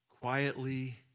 quietly